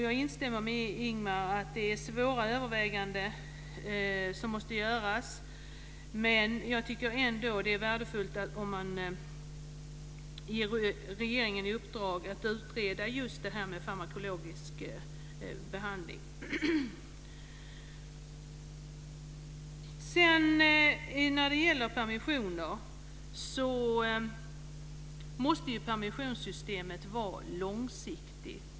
Jag instämmer med Ingemar i att det är svåra avgöranden som måste ske. Jag tycker ändå att det är värdefullt att man ger regeringen i uppdrag att utreda frågan om farmakologisk behandling. Vad gäller permissioner vill jag säga att permissionssystemet måste vara långsiktigt.